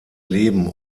leben